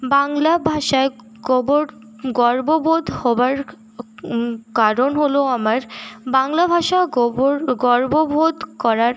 বাংলা ভাষায় গর্ব বোধ হওয়ার কারণ হলো আমার বাংলা ভাষার গর্ব বোধ করার